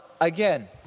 again